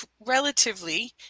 relatively